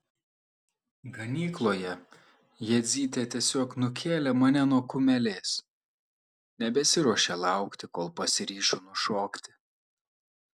ganykloje jadzytė tiesiog nukėlė mane nuo kumelės nebesiruošė laukti kol pasiryšiu nušokti